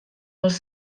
els